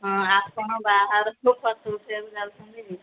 ହଁ ଆପଣ ବାହାରକୁ ଫୋଟୋ ଉଠେଇଆକୁ ଯାଉଛନ୍ତି କି